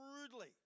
rudely